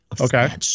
Okay